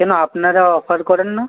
কেন আপনারা অফার করেন না